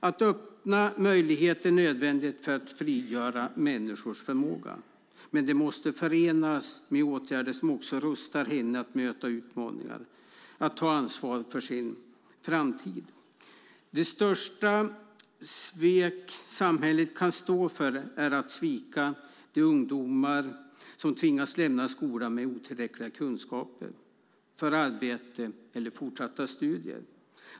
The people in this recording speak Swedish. Att öppna möjligheter är nödvändigt för att frigöra människors förmåga, men det måste förenas med åtgärder som rustar henne till att kunna möta utmaningar och ta ansvar för sin framtid. Det största svek samhället kan stå för är att svika de ungdomar som tvingas lämna skolan med otillräckliga kunskaper för arbete eller fortsatta studier.